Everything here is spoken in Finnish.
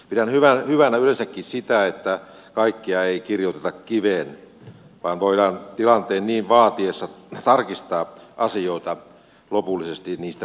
pidän hyvänä yleensäkin sitä että kaikkea ei kirjoiteta kiveen vaan voidaan tilanteen niin vaatiessa tarkistaa asioita lopullisesti niistä päätettäessä